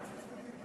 62, הוראת שעה) (תיקון מס' 2),